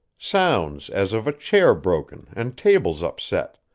sounds as of a chair broken and tables upset,